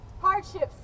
hardships